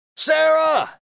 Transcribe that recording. Sarah